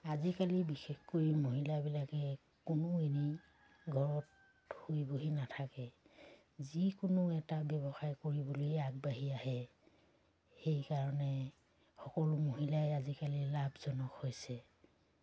আজিকালি বিশেষকৈ মহিলাবিলাকে কোনো এনেই ঘৰত শুই বহি নাথাকে যিকোনো এটা ব্যৱসায় কৰিবলৈ আগবাঢ়ি আহে সেইকাৰণে সকলো মহিলাই আজিকালি লাভজনক হৈছে